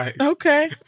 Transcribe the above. Okay